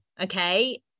okay